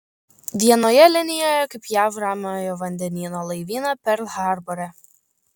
vienoje linijoje kaip jav ramiojo vandenyno laivyną perl harbore